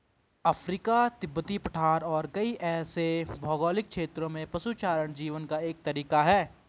Africa, तिब्बती पठार और कई ऐसे भौगोलिक क्षेत्रों में पशुचारण जीवन का एक तरीका है